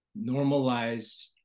normalize